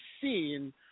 seen